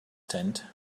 tent